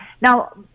Now